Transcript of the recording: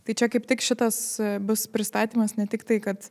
tai čia kaip tik šitas bus pristatymas ne tik tai kad